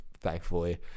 thankfully